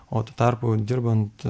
o tuo tarpu dirbant